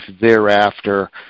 thereafter